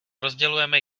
rozdělujeme